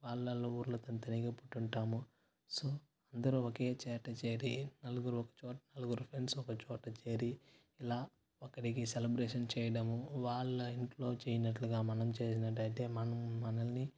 వాళ్ళొల్ల ఊర్లలలో తనితనీగా పుట్టింటాము సో ఇద్దరూ ఒకే చేట చేరి నలుగురు ఒక చోట నలుగురు ఫ్రెండ్స్ ఒక చోట చేరి ఇలా ఒక్కడికి సెలబ్రేషన్ చేయడము వాళ్ళ ఇంట్లో చేయనట్లుగా మనం చేసినట్టయితే మనం మనల్ని